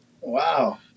Wow